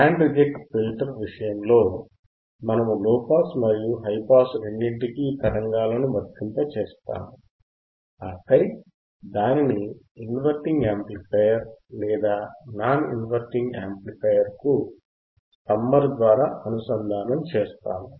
band reject filter విషయంలో మనము low pass మరియు హై పాస్ రెండింటికీ తరంగాలను వర్తింపజేస్తాము ఆపై దానిని ఇన్వర్టింగ్ యాంప్లిఫైయర్ లేదా నాన్ ఇన్వర్టింగ్ యాంప్లిఫైయర్కు సమ్మర్ ద్వారా అనుసంధానం చేస్తాము